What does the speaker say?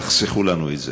תחסכו לנו את זה.